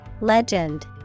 Legend